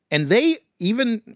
and they even